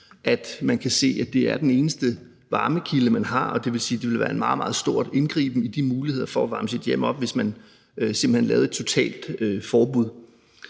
man kan se det, hvor det er den eneste varmekilde, man har, og det vil sige, at det vil være en meget, meget stor indgriben i mulighederne for at varme sit hjem op, hvis man simpelt hen lavede et totalforbud.